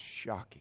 shocking